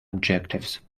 objectives